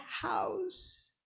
house